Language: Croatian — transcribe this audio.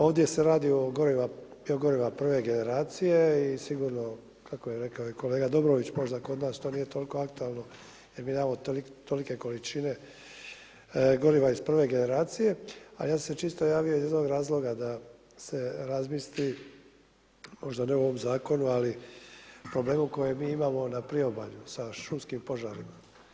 Ovdje se radi o bio goriva prve generacije i sigurno, kako je rekao i kolega Dobrović, možda kod nas to nije toliko aktualno i mi nemamo tolike količine goriva iz prve generacije, ali ja sam se čisto javio iz jednog razloga, da se razmisli, možda ne u ovom zakonu, ali problemu koji mi imamo u priobalju sa šumskim požarima.